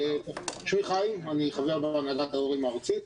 שמי חיים ואני חבר בהנהגת ההורים הארצית,